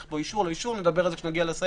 פה אישור או לא נדבר על זה כשנגיע לסעיף.